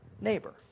neighbor